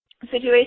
situation